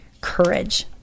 courage